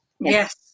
yes